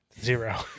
zero